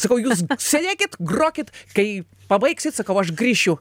sakau jūs sėdėkit grokit kai pabaigsit sakau aš grįšiu